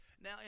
Now